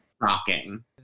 Rocking